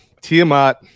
Tiamat